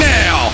now